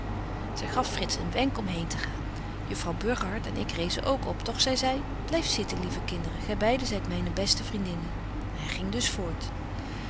gaf frits een wenk om heen te gaan juffrouw burgerhart en ik rezen ook op doch zy zei blyf zitten lieve kinderen gy beide zyt myne beste vriendinnen hy ging dus